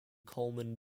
colman